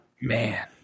man